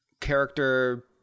character